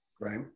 right